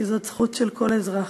כי זאת זכות של כל אזרח.